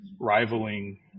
rivaling